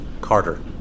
Carter